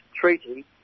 treaty